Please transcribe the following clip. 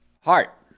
heart